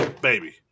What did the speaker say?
Baby